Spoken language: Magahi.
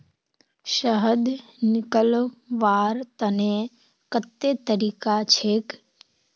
शहद निकलव्वार तने कत्ते तरीका छेक?